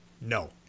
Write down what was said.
No